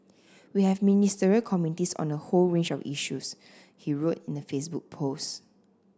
we have Ministerial committees on a whole range of issues he wrote in a Facebook post